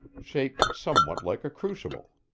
shaped somewhat like a crucible.